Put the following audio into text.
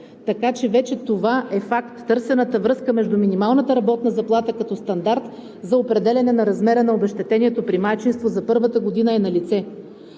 Така че вече това е факт, търсената връзка между минималната работна заплата като стандарт за определяне на размера на обезщетението при майчинство за първата година е налице.